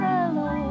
Hello